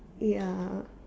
ya